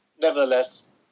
nevertheless